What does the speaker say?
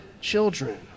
children